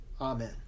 Amen